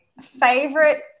favorite